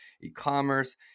e-commerce